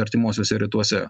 artimuosiuose rytuose